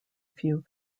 few